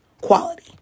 quality